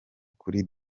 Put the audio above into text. kuri